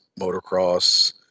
motocross